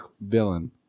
villain